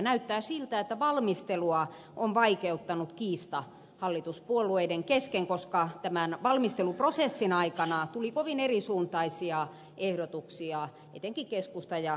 näyttää siltä että valmistelua on vaikeuttanut kiista hallituspuolueiden kesken koska tämän valmisteluprosessin aikana tuli kovin erisuuntaisia ehdotuksia etenkin keskustan ja kokoomuksen taholta